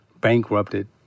bankrupted